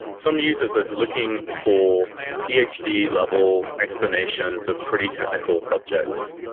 some users are looking for ph d. level explanations of pretty technical subjects,